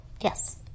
Yes